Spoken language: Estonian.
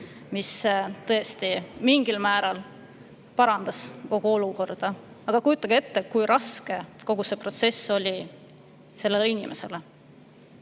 mis tõesti mingil määral parandas kogu olukorda. Aga kujutage ette, kui raske kogu see protsess oli sellele inimesele.